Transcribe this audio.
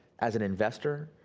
as an investor,